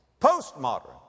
Postmodern